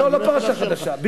לא, לא פרשה חדשה.